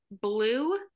Blue